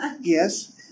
Yes